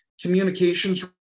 Communications